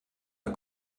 der